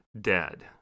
dead